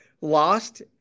lost